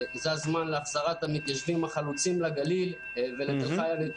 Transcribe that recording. זה הזמן להחזרת המתיישבים החלוצים לגליל ותל חי.